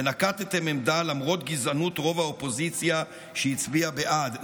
ונקטתם עמדה למרות גזענות רוב האופוזיציה שהצביע בעד.